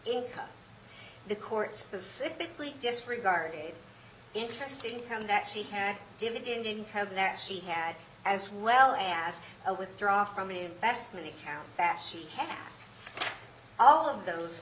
in the court specifically disregarded interested in him that she had dividend income that she had as well as withdraw from investment account that she had all of those